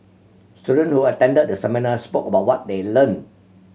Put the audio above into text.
students who attended the seminar spoke about what they learned